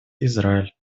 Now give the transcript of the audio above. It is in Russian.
израиль